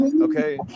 Okay